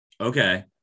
Okay